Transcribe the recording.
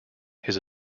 his